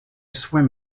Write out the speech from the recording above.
swim